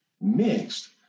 mixed